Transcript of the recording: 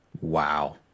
wow